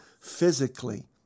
physically